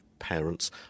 parents